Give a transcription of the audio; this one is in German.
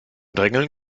drängeln